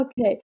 okay